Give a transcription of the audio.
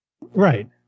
Right